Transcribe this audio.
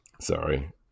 Sorry